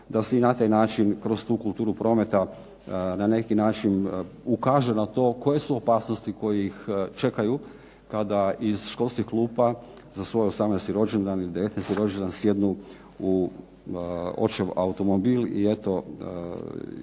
da se i na taj način kroz tu kulturu prometa na neki način ukaže na to koje su opasnosti koje ih čekaju kada iz školskih klupa za svoj 18. rođendan ili 19. rođendan sjednu u očev automobil i eto